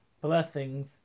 blessings